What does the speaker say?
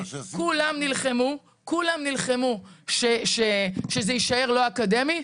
כולם נלחמו שזה יישאר לא אקדמי,